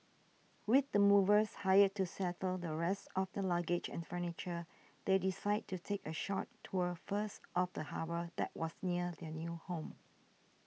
with the movers hired to settle the rest of their luggage and furniture they decided to take a short tour first of the harbour that was near their new home